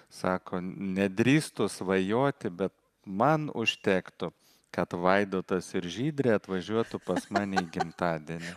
sako nedrįstu svajoti bet man užtektų kad vaidotas ir žydrė atvažiuotų pas mane gimtadienį